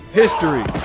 history